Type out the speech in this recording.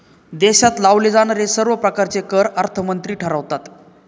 देशात लावले जाणारे सर्व प्रकारचे कर अर्थमंत्री ठरवतात